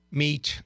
meet